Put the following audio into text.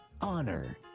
honor